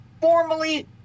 formally